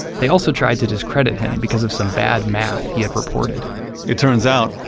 they also tried to discredit him because of some bad math he had reported it turns out,